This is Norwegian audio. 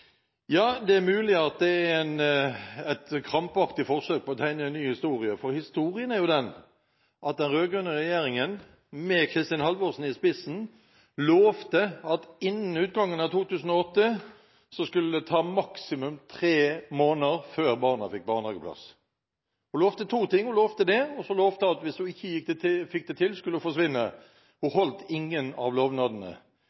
Det er mulig dette er et krampaktig forsøk på å skrive ny historie, for historien er jo den at den rød-grønne regjeringen – med Kristin Halvorsen i spissen – lovte at innen utgangen av 2008 skulle det ta maksimum tre måneder før barna fikk barnehageplass. Hun lovte to ting: Hun lovte dette, og så lovte hun at hvis hun ikke fikk det til, skulle hun forsvinne. Hun holdt ingen av lovnadene. Det er realiteten. Og